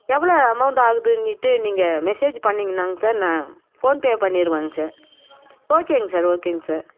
எவ்வளோ அமௌண்ட் ஆகுதுன்னுட்டு நீங்கள் மெசேஜி பண்ணிங்கனால்ங் சார் நான் போன்பே பண்ணிவிடுவேங் சார் ஓகேங்க சார் ஓகேங்க சார்